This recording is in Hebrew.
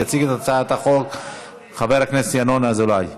יציג את הצעת החוק חבר הכנסת ינון אזולאי,